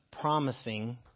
promising